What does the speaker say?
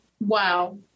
Wow